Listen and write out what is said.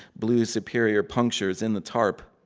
blue superior punctures in the tarp.